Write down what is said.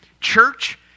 church